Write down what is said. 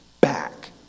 back